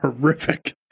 horrific